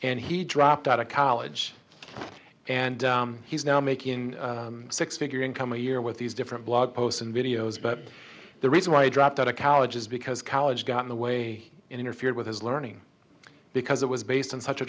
and he dropped out of college and he's now making six figure income a year with these different blog posts and videos but the reason why i dropped out of college is because college got in the way interfered with his learning because it was based on such a